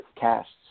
casts